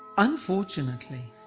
unfortunately,